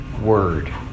Word